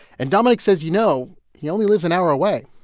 and dominik says, you know, he only lives an hour away.